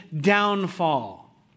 downfall